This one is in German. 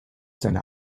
seine